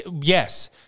yes